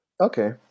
okay